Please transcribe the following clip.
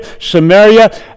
Samaria